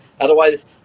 Otherwise